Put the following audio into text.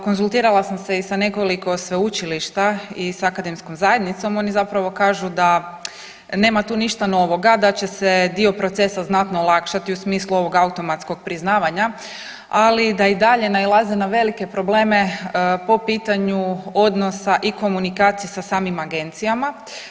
Konzultirala sam se i sa nekoliko sveučilišta i sa akademskom zajednicom, oni zapravo kažu da nema tu ništa novoga, da će se dio procesa znatno olakšati u smislu ovog automatskog priznavanja ali da i dalje nailaze na velike probleme po pitanju odnosa i komunikacije sa samim agencijama.